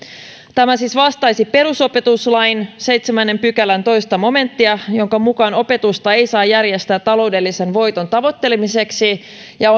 tämä siis vastaisi perusopetuslain seitsemännen pykälän toinen momenttia jonka mukaan opetusta ei saa järjestää taloudellisen voiton tavoittelemiseksi ja